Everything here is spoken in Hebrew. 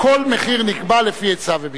כל מחיר נקבע לפי היצע וביקוש.